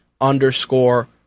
underscore